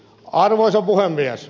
arvoisa puhemies